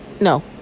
No